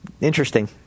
Interesting